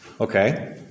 Okay